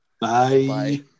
Bye